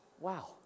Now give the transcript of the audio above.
Wow